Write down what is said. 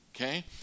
okay